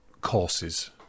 courses